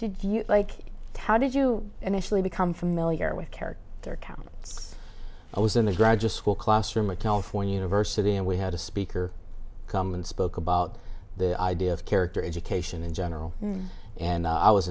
if you like how did you initially become familiar with character their counterparts i was in the graduate school classroom of california university and we had a speaker come and spoke about the idea of character education in general and i was